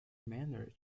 manner